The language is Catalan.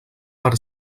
per